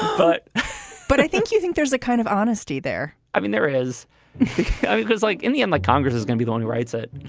but but i think. you think there's a kind of honesty there. i mean, there is because like in the end, the like congress is going to be the one who writes it.